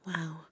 Wow